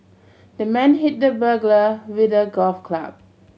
the man hit the burglar with a golf club